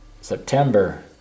September